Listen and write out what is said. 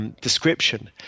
description